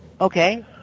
Okay